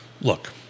Look